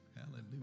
Hallelujah